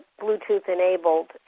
Bluetooth-enabled